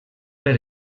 per